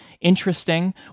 interesting